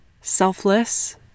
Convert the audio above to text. selfless